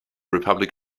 republic